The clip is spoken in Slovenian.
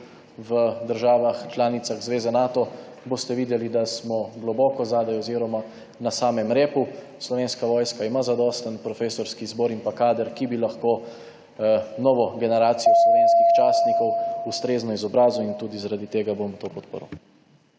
v državah članicah Zveze NATO, boste videli, da smo globoko zadaj oziroma na samem repu. Slovenska vojska ima zadosten profesorski zbor in kader, ki bi lahko novo generacijo slovenskih častnikov ustrezno izobrazil in tudi zaradi tega bom to podprl.